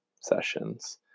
sessions